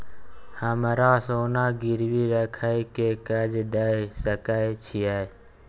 हमरा सोना गिरवी रखय के कर्ज दै सकै छिए?